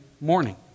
morning